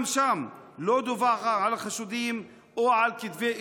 גם שם לא דֻווח על החשודים או על כתבי אישום.